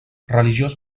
religiós